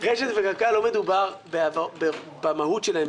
רשת וקק"ל, לא מדובר במהות שלהן.